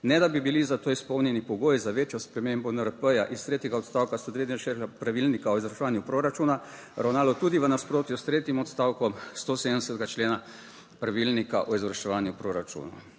ne da bi bili za to izpolnjeni pogoji za večjo spremembo NRP iz tretjega odstavka 169. Pravilnika o izvrševanju proračuna ravnalo tudi v nasprotju s tretjim odstavkom 170. člena Pravilnika o izvrševanju proračunov.